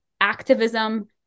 activism